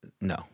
No